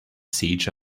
siege